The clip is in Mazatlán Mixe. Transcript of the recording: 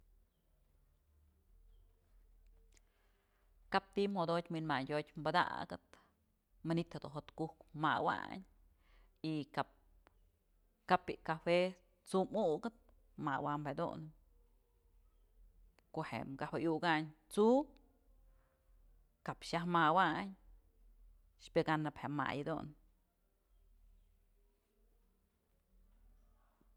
Kap ti'i jodotyë wi'inmandyotë padakët manytë jedun jo¿ot ku'uk mawayn y kap, kap bi'i cajue t'su mukëp mawa'am jedun ko'o je'e cajue iukayn t'su cap xaj mawayn pyëkanëp je'e may jedun.